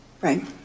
Right